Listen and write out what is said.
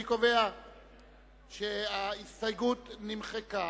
אני קובע שההסתייגות לא נתקבלה.